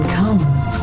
comes